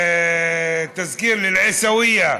תזכיר לי, אל-עיסאוויה,